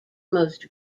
most